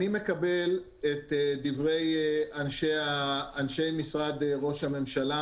אני מקבל את דברי אנשי משרד ראש הממשלה,